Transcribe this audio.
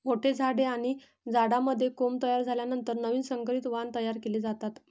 मोठ्या झाडे आणि झाडांमध्ये कोंब तयार झाल्यानंतर नवीन संकरित वाण तयार केले जातात